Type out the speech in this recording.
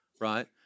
right